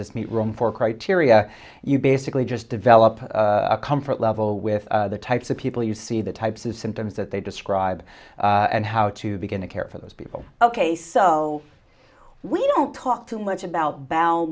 this meet room for criteria you basically just develop a comfort level with the types of people you see the types of symptoms that they described and how to begin to care for those people ok so we don't talk too much about bowel